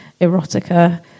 erotica